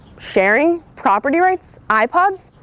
sharing, property rights, ipods.